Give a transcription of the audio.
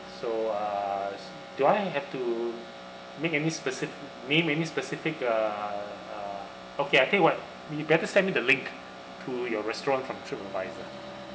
so uh do I have to make any specific name any specific uh uh okay I tell you what you better send me the link to your restaurant from TripAdvisor